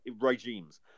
regimes